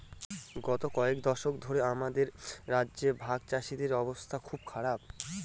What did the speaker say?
গত কয়েক দশক ধরে আমাদের রাজ্যে ভাগচাষীদের অবস্থা খুব খারাপ